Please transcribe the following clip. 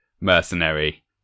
mercenary